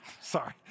Sorry